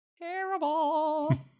terrible